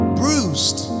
bruised